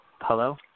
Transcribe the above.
Hello